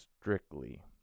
strictly